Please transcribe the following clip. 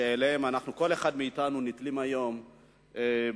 שעליהן כל אחד מאתנו נתלה היום בעניין